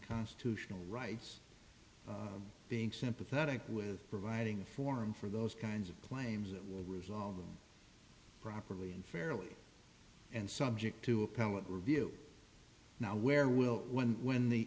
constitutional rights being sympathetic with providing a forum for those kinds of claims that will resolve them properly and fairly and subject to appellate review now where we'll when the whe